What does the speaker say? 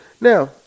Now